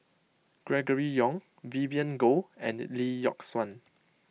Gregory Yong Vivien Goh and Lee Yock Suan